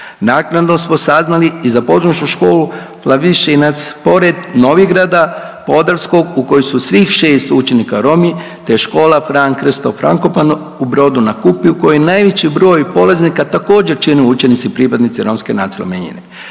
Naknadno smo saznali i za Područnu školu Plavščinac pored Novigrada Podravskog u kojoj su svih šest učenika Romi te škola Fran Krsto Frankopan u Brodu na Kupi u koji najveći broj polaznika također čine učenici pripadnici romske nacionalne